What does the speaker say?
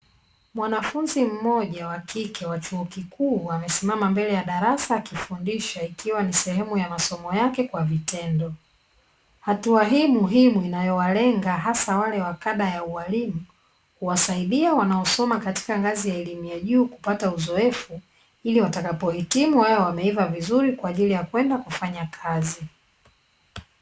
Mwanafunzi mmoja wa kike wa chuo kikuu amesimama mbele ya darasa akifundisha ikiwa ni sehemu ya masomo yake kwa vitendo. Hatua hii muhimu inayowalenga hasa wale wa kanda ya ualimu kuwasaidia wanaosoma katika ngazi ya elimu ya juu, kupata uzoefu ili watakapohitimu wawe wameiva vizuri kwa ajili ya kwenda kufanya kazi.